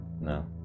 No